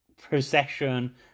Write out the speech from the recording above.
procession